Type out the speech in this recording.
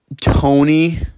Tony –